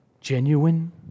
genuine